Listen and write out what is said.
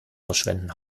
verschwenden